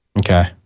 okay